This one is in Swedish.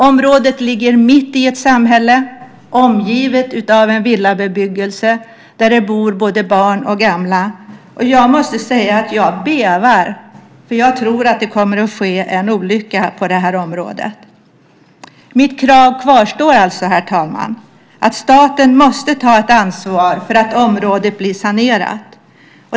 Området ligger mitt i ett samhälle, omgivet av en villabebyggelse där det bor både barn och gamla. Jag bävar, för jag tror att det kommer att ske en olycka på det här området. Mitt krav kvarstår alltså, herr talman, att staten måste ta ett ansvar för att området blir sanerat.